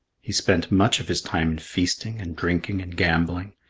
he spent much of his time in feasting and drinking and gambling.